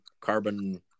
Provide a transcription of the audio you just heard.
carbon